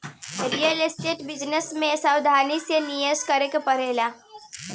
real estate business में सावधानी से निवेश करे के पड़ेला